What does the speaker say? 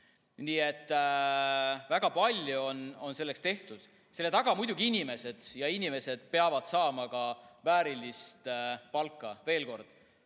Nii et väga palju on tehtud. Selle taga on muidugi inimesed ja inimesed peavad saama ka väärilist palka. Veel kord: